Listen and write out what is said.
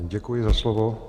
Děkuji za slovo.